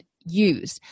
use